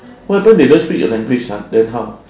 what happen they don't speak your language ha then how